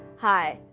hi,